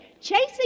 chasing